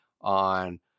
on